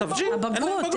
אין להם בגרות.